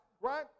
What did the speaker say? right